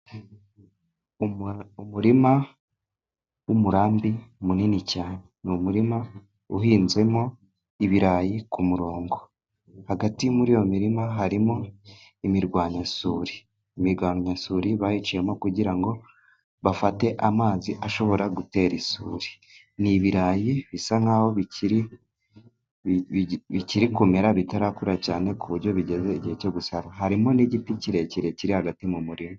Umurima w'umurambi munini cyane, ni umurima uhinzemo ibirayi ku murongo, hagati muri iyo mirima harimo imirwanyasuri, imirwanyasuri bayiciyemo kugira ngo bafate amazi ashobora gutera isuri. Ni ibirayi bisa nk'aho bikiri kumera bitarakura cyane ku buryo bigeze igihe cyo gusarurwa, harimo n'igiti kirekire kiri hagati mu murima.